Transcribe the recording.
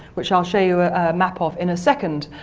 which i will show you a map of in a second.